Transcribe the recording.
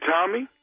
Tommy